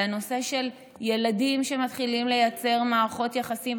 על הנושא של ילדים שמתחילים לייצר מערכות יחסים,